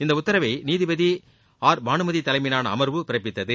இந்த உத்தரவை நீதிபதி ஆர் பானுமதி தலைமையிலான அமர்வு பிறப்பித்தது